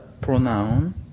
pronoun